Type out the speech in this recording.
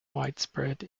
widespread